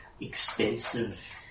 Expensive